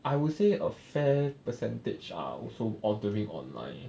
I would say a fair percentage are also ordering online